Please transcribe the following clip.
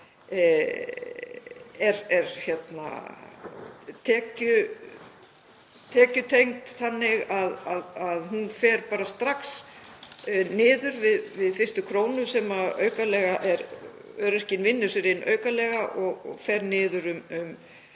er tekjutengd þannig að hún fer strax niður við fyrstu krónu sem öryrkinn vinnur sér inn aukalega, fer niður um